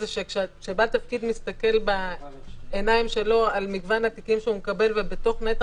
זה שכשבעל תפקיד מסתכל בעיניים שלו על מגוון התיקים שהוא מקבל ובתוך נתח